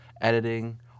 editing